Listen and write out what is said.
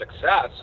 success